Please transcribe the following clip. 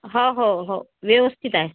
हा ह हो व्यवस्थित आहे